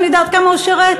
אני יודעת כמה הוא שירת?